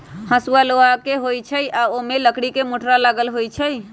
हसुआ लोहा के होई छई आ ओमे लकड़ी के मुठरा लगल होई छई